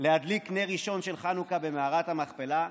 להדליק נר ראשון של חנוכה במערת המכפלה.